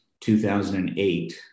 2008